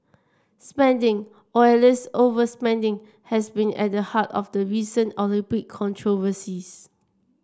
spending or at least overspending has been at the heart of the recent Olympic controversies